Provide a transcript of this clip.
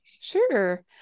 Sure